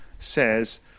says